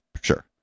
Sure